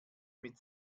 mit